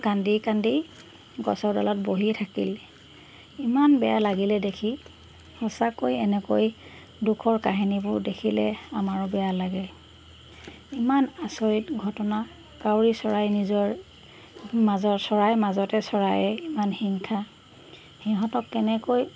কান্দি কান্দি গছৰডালত বহিয়ে থাকিল ইমান বেয়া লাগিলে দেখি সঁচাকৈ এনেকৈ দুখৰ কাহিনীবোৰ দেখিলে আমাৰো বেয়া লাগে ইমান আচৰিত ঘটনা কাউৰী চৰাই নিজৰ মাজৰ চৰাইৰ মাজতে চৰায়ে ইমান হিংসা সিহঁতক কেনেকৈ